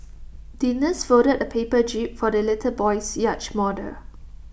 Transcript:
the nurse folded A paper jib for the little boy's yacht model